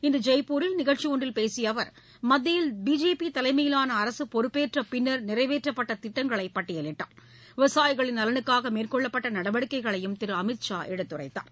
இன்றுஜெய்ப்பூரில் நிகழ்ச்சிஒன்றில் பேசியஅவர் மத்தியில் பிஜேபிதலைமையிலானஅரசுபொறுப்பேற்றபின்னர் நிறைவேற்றப்பட்டதிட்டங்களைபட்டியலிட்டார் விவசாயிகளின் நலனுக்காகமேற்கொள்ளப்பட்டநடவடிக்கைகளையும் திருஅமீத்ஷா எடுத்துரைத்தார்